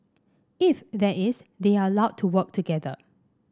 if that is they are allowed to work together